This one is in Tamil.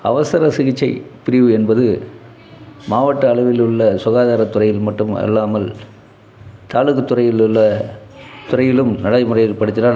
அவசர சிகிச்சை பிரிவு என்பது மாவட்ட அளவில் உள்ள சுகாதாரத்துறையில் மட்டும் அல்லாமல் தாலுக் துறையில் உள்ள துறையிலும் நடைமுறைப்படுத்தினால் நன்று